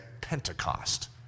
Pentecost